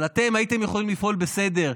אבל אתם הייתם יכולים לפעול בסדר,